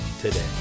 today